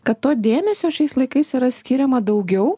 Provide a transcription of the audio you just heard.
kad to dėmesio šiais laikais yra skiriama daugiau